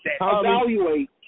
evaluate